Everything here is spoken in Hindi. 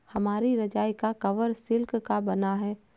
हमारी रजाई का कवर सिल्क का बना है